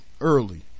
early